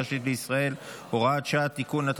הראשית לישראל) (הוראת שעה) (תיקון),